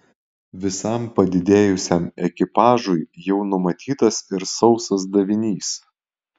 visam padidėjusiam ekipažui jau numatytas ir sausas davinys